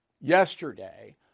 yesterday